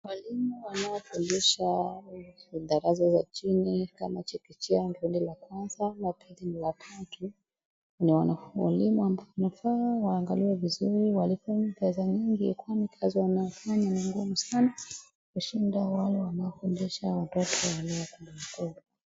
Walimu wanaofundisha madarasa za chini kama chekechea, gredi la kwanza, la pili na la tatu ni walimu ambao unafaa waangaliwe vizuri, walipe pesa nyingi kwani kazi wanayoifanya ni ngumu sana kushinda wale wanaofundisha watoto walio wakubwa.